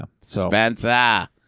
Spencer